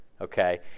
okay